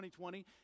2020